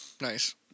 Nice